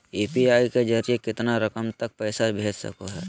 UPI के जरिए कितना रकम तक पैसा भेज सको है?